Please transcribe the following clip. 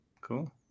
Cool